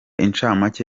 incamake